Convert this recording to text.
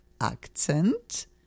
accent